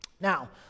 Now